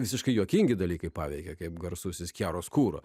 visiškai juokingi dalykai pavyzdžiui kaip garsusis kero skuro